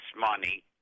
money